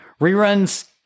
Reruns